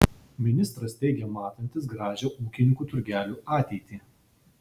ministras teigė matantis gražią ūkininkų turgelių ateitį